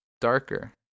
darker